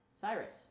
Cyrus